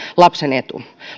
lapsen etu